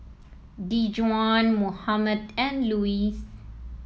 Dejuan Mohammed and Luis